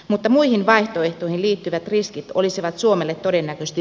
mutta muihin vaihtoehtoihin liittyvät riskit olisivat suomelle todennäköisesti